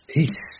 Peace